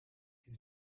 his